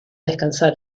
descansar